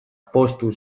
poztu